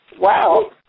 Wow